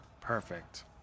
Perfect